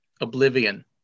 Oblivion